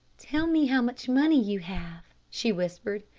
tell me how much money you have, she whispered,